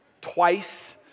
twice